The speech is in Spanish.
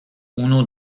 uno